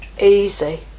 easy